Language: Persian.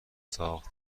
ساخت